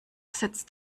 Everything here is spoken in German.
setzt